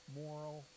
moral